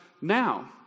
now